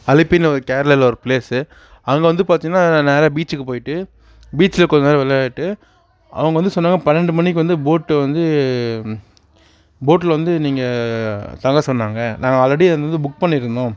அலிப்பினு ஒரு கேரளாவில் ஒரு பிளேசு அதில் வந்து பார்த்தீங்னா நேராக பீச்சுக்கு போய்விட்டு பீச்சில் கொஞ்ச நேரம் விளையாடிட்டு அவங்க வந்து சொன்னாங்க பன்னெண்டு மணிக்கு வந்து போட்டு வந்து போட்டில் வந்து நீங்கள் தங்க சொன்னாங்க நாங்கள் ஆல்ரெடி அது வந்து புக் பண்ணியிருந்தோம்